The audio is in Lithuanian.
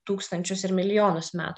tūkstančius ir milijonus metų